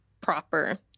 Proper